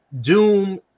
Doom